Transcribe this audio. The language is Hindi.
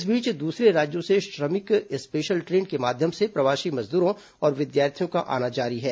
इस बीच दूसरे राज्यों से श्रमिक स्पेशल ट्रेन के माध्यम से प्रवासी मजदूरों और विद्यार्थियों का आना जारी है